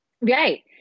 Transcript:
Right